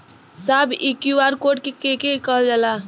साहब इ QR code के के कहल जाला?